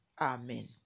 Amen